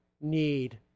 need